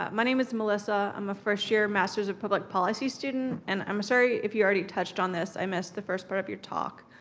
um my name is melissa, i'm a first year masters of public policy student, and i'm sorry if you already touched on this. i missed the first part of your talk.